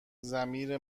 ضمیر